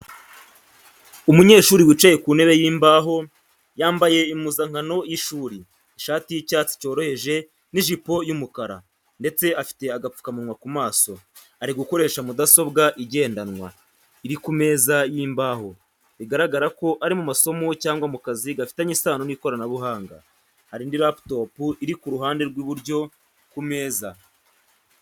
Umunyeshuri wicaye ku ntebe y’imbaho, yambaye impuzankano y’ishuri, ishati y’icyatsi cyoroheje n’ijipo y’umukara, ndetse afite agapfukamunwa ku maso. ari gukoresha mudasobwa igendanwa, iri ku meza y’imbaho, bigaragara ko ari mu masomo cyangwa mu kazi gafitanye isano n’ikoranabuhanga. Hari indi laptop iri ku ruhande rw’iburyo ku meza.